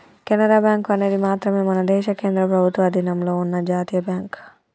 Canara bank అనేది మాత్రమే మన దేశ కేంద్ర ప్రభుత్వ అధీనంలో ఉన్న జాతీయ బ్యాంక్